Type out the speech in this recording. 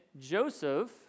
Joseph